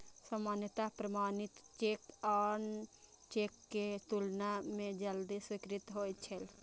सामान्यतः प्रमाणित चेक आन चेक के तुलना मे जल्दी स्वीकृत होइ छै